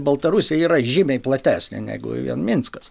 baltarusija yra žymiai platesnė negu vien minskas